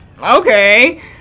okay